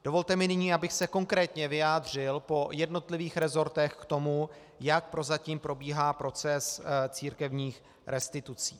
Dovolte mi nyní, abych se konkrétně vyjádřil po jednotlivých resortech k tomu, jak prozatím probíhá proces církevních restitucí.